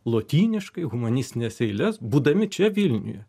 lotyniškai humanistines eiles būdami čia vilniuje